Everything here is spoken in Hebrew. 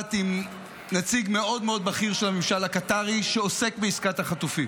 בצרפת עם נציג מאוד מאוד בכיר של הממשל הקטארי שעוסק בעסקת החטופים.